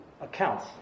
accounts